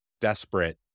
desperate